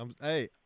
Hey